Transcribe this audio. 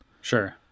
Sure